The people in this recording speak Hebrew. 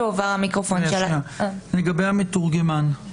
לגבי המתורגמן,